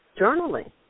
journaling